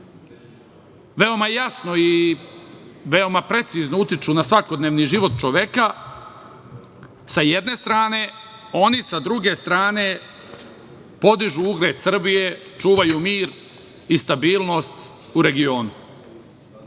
veoma jasno i veoma precizno utiču na svakodnevni život čoveka sa jedne strane, oni s druge strane podižu ugled Srbije, čuvaju mir i stabilnost u regionu. Vi